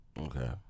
Okay